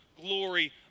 glory